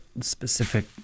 specific